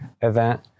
event